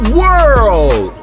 world